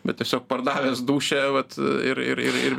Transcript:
bet tiesiog pardavęs dūšią vat ir ir ir ir